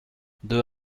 deux